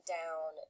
down